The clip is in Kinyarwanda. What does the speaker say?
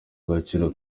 gaciro